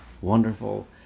wonderful